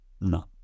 No